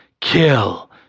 Kill